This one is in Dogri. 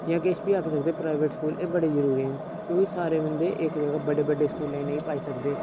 जां किश बी आक्खी सकदे ओ प्राइवेट स्कूल एह् बड़े जरूरी न क्योंकि सारे बंदे इक जगह् बड्डे बड्डे स्कूलें नेईं पाई सकदे